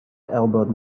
elbowed